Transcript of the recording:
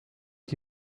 qui